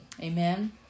Amen